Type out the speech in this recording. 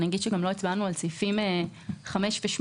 אני אגיד שגם לא הצבענו על סעיפים 5 ו-8.